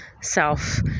self